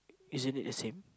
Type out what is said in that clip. isn't it the same